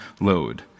load